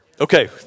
Okay